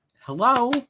hello